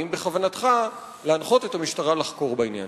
האם בכוונתך להנחות את המשטרה לחקור בעניין?